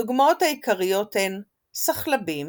הדוגמאות העיקריות הן סחלבים